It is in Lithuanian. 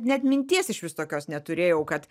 net minties išvis tokios neturėjau kad